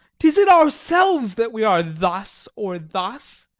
tis in ourselves that we are thus or thus.